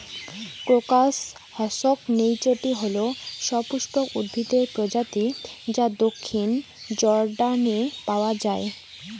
crocus হসকনেইচটি হল সপুষ্পক উদ্ভিদের প্রজাতি যা দক্ষিণ জর্ডানে পাওয়া য়ায়